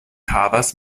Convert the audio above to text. havas